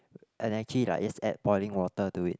and actually like just add boiling water to it